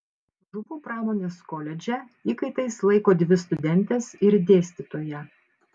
žuvų pramonės koledže įkaitais laiko dvi studentes ir dėstytoją